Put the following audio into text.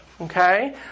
Okay